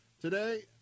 Today